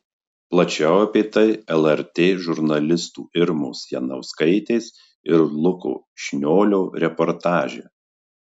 plačiau apie tai lrt žurnalistų irmos janauskaitės ir luko šniolio reportaže